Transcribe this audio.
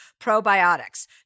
probiotics